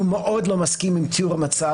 הוא מאוד לא מסכים עם תיאור המצב,